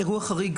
אירוע חריג,